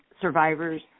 survivors